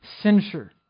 censure